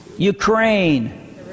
Ukraine